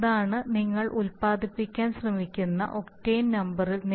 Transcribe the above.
അതാണ് നിങ്ങൾ ഉത്പാദിപ്പിക്കാൻ ശ്രമിക്കുന്ന ഒക്ടേൻ നമ്പറിൽ